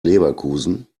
leverkusen